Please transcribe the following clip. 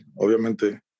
obviamente